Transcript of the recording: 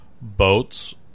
boats